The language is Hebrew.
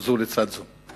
זו לצד זו.